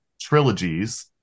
trilogies